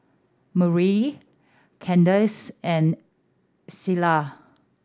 Murray Kandice and Selah